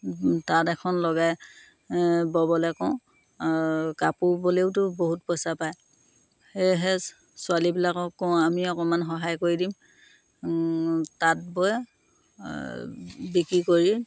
তাঁত এখন লগাই ববলৈ কওঁ কাপোৰ বলেওতো বহুত পইচা পায় সেয়েহে ছোৱালীবিলাকক কওঁ আমি অকণমান সহায় কৰি দিম তাঁত বৈ বিক্ৰী কৰি